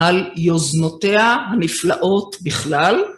על יוזנותיה הנפלאות בכלל.